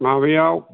माबायाव